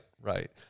right